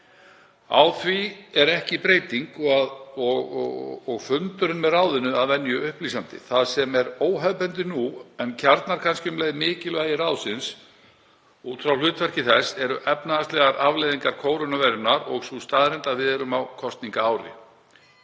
Á því er ekki breyting og fundurinn með ráðinu var að venju upplýsandi. Það sem er óhefðbundið nú, en kjarnar kannski um leið mikilvægi ráðsins út frá hlutverki þess, eru efnahagslegar afleiðingar kórónuveirunnar og sú staðreynd að við erum á kosningaári.